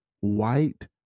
white